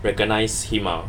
recognise him ah